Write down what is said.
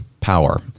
power